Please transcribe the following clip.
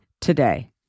today